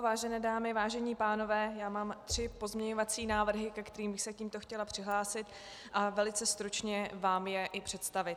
Vážené dámy, vážení pánové, mám tři pozměňovací návrhy, ke kterým bych se tímto chtěla přihlásit a velice stručně vám je i představit.